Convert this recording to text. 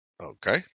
Okay